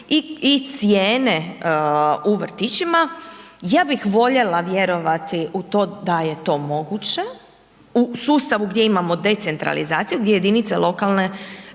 i cijene u vrtićima. Ja bih voljela vjerovati u to da je to moguće u sustavu gdje imamo decentralizaciju gdje jedinice lokalne